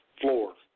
floor